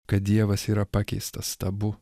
kad dievas yra pakeistas stabu